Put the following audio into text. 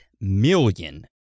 million